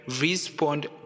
respond